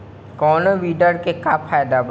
कौनो वीडर के का फायदा बा?